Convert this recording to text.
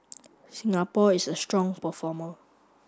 Singapore is a strong performer